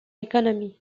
economy